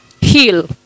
heal